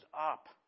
up